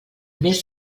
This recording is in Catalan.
més